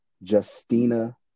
Justina